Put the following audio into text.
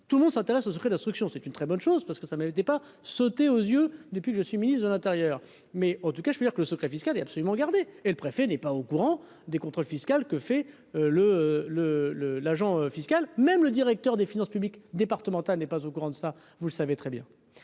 tout le monde s'intéresse au secret d'instruction, c'est une très bonne chose parce que ça me pas sauté aux yeux, depuis que je suis ministre de l'Intérieur, mais en tout cas, je peux dire que le secret fiscal est absolument garder. Et le préfet n'est pas au courant des contrôle fiscal que fait le le le l'agent fiscal, même le directeur des finances publiques départemental n'est pas au courant de ça, vous savez très bien,